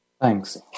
Thanks